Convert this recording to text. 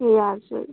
ए हजुर